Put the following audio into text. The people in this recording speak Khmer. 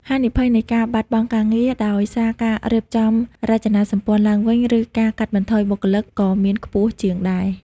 ហានិភ័យនៃការបាត់បង់ការងារដោយសារការរៀបចំរចនាសម្ព័ន្ធឡើងវិញ ឬការកាត់បន្ថយបុគ្គលិក ក៏មានខ្ពស់ជាងដែរ។